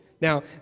Now